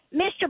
Mr